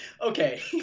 okay